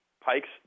Pike's